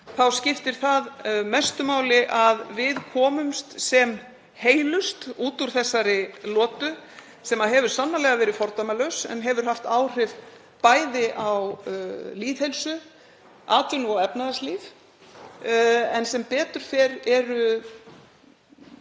skiptir það mestu máli að við komumst sem heilust út úr þessari lotu sem hefur sannarlega verið fordæmalaus en hefur haft áhrif bæði á lýðheilsu og atvinnu- og efnahagslíf. En sem betur fer eru